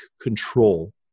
control